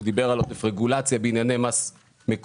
שדיבר על עודף רגולציה בענייני מס מקומיים.